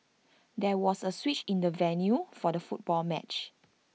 there was A switch in the venue for the football match